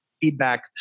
feedback